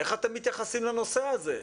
איך אתם מתייחסים לנושא הזה?